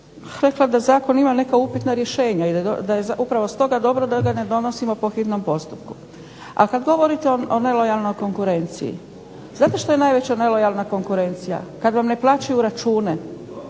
rekla da zakon ima neka upitna rješenja i da je upravo stoga dobro da ga ne donosimo po hitnom postupku. A kad govorite o nelojalnoj konkurenciji, znate što je najveća nelojalna konkurencija? Kad vam ne plaćaju račune.